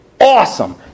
awesome